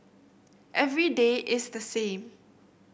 every day is the same